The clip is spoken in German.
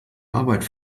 arbeit